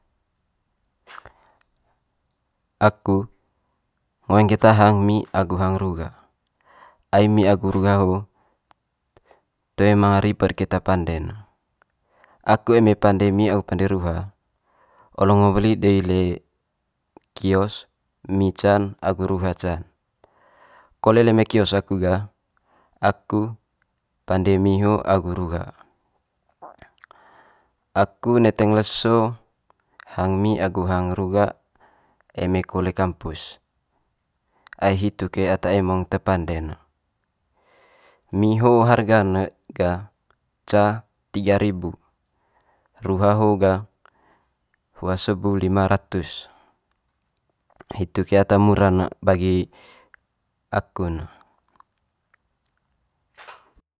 aku ngoeng keta hang mi agu hang rugha. Ai mi agu ruha ho toe manga ribet keta pande'n. Aku eme pande mi agu pande ruha, olo ngo weli di le kios mi can agu ruha can. Kole le mai kios aku gah aku pande mi ho agu rugha aku neteng leso hang mi agu hang rugha eme kole kampus, ai hitu ke ata emong te pande ne. Mi ho harga'n ne ga ca tiga ribu, ruha ho ga hua sebu lima ratus. Hitu ke ata mura'n ne bagi aku'n ne.